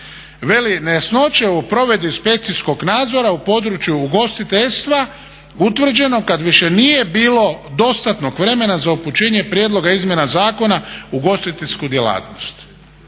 veli: "Nejasnoće u provedbi inspekcijskog nadzora u području ugostiteljstva utvrđeno kad više nije bilo dostatnog vremena za upućenje prijedloga izmjena zakona ugostiteljsku djelatnost."